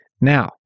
Now